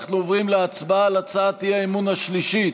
אנחנו עוברים להצבעה על הצעת האי-אמון השלישית,